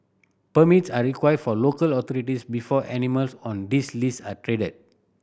permits are required for local authorities before animals on this list are traded